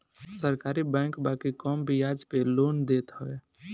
सरकारी बैंक बाकी कम बियाज पे लोन देत हवे